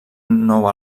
nou